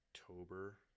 October